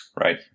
Right